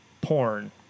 Porn